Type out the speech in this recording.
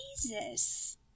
Jesus